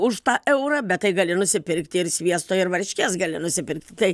už tą eurą bet tai gali nusipirkti ir sviesto ir varškės gali nusipirkti tai